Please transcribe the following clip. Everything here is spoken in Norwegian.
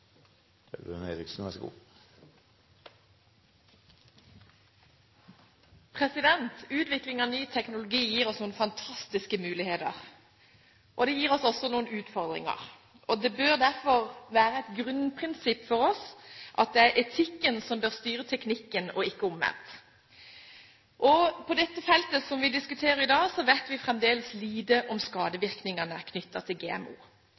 Utvikling av ny teknologi gir oss noen fantastiske muligheter, men det gir oss også noen utfordringer. Det bør derfor være et grunnprinsipp for oss at det er etikken som bør styre teknikken, og ikke omvendt. På dette feltet som vi diskuterer i dag, vet vi fremdeles lite om skadevirkningene knyttet til GMO.